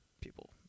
people